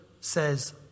says